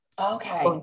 Okay